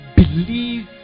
believe